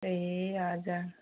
ए हजुर